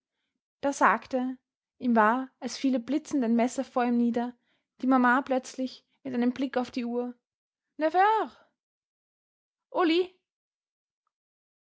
da sagte ihm war als fiele blitzend ein messer vor ihm nieder die mama plötzlich mit einem blick auf die uhr